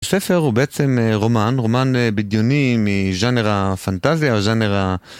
הספר הוא בעצם רומן, רומן בדיוני מז'אנר הפנטזיה, ז'אנר ה...